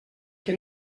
que